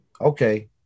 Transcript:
okay